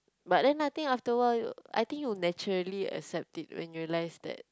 but then nothing after a while I think you naturally accept it when you realise that